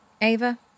Ava